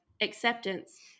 Acceptance